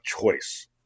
choice